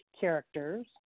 characters